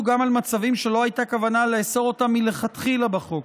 גם על מצבים שלא הייתה כוונה לאסור אותם מלכתחילה בחוק,